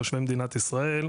תושבי מדינת ישראל,